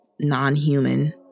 non-human